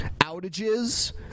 Outages